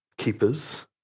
keepers